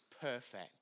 perfect